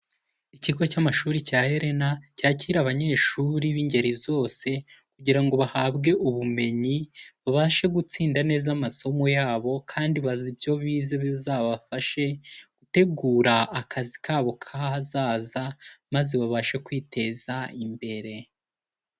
Ikigo cy'amashuri cya Elena cyakira abanyeshuri b'ingeri zose, kugira ngo bahabwe ubumenyi babashe gutsinda neza amasomo yabo kandi bazi ibyo bize bizabafashe gutegura akazi kabo k'ahazaza maze babashe kwiteza imbere.